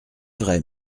vrai